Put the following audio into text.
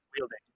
wielding